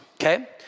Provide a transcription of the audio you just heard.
okay